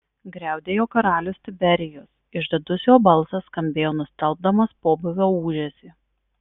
griaudėjo karalius tiberijus išdidus jo balsas skambėjo nustelbdamas pobūvio ūžesį